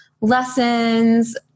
lessons